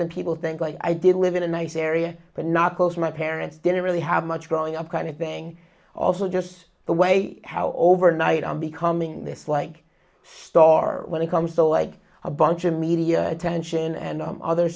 than people think like i did live in a nice area but not because my parents didn't really have much growing up kind of thing also just the way how overnight i'm becoming this like star when it comes to like a bunch of media attention and other